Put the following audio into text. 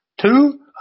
Two